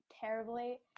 terribly